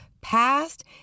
past